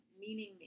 meaning